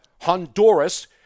Honduras